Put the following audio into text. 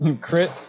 Crit